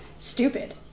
stupid